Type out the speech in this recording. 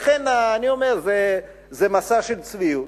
לכן אני אומר שזה מסע של צביעות,